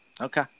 Okay